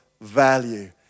value